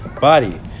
body